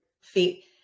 feet